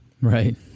right